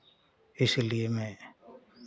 इसलिए मैं